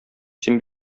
син